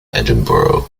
edinburgh